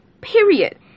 period